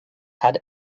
had